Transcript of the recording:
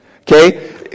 okay